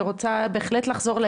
אני רוצה לתת את רשות הדיבור